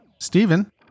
Stephen